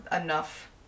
enough